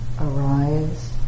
arise